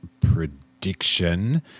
prediction